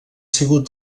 sigut